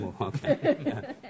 Okay